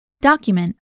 Document